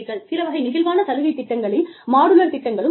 சில வகை நெகிழ்வான சலுகை திட்டங்களில் மாடுலார் திட்டங்களும் அடங்கும்